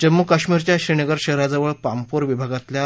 जम्मू कश्मीरच्या श्रीनगर शहराजवळ पांपोर विभागातल्या